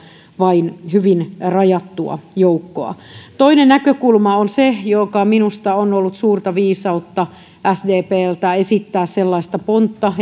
vain hyvin rajattua joukkoa toinen näkökulma on se ja minusta on ollut suurta viisautta sdpltä esittää sellaista pontta